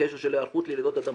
בקשר להיערכות לרעידות אדמה.